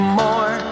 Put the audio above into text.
more